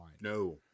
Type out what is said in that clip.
No